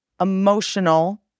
emotional